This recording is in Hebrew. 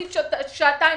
נאמר שזאת רק המלצה.